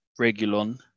Regulon